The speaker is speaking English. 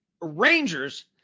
Rangers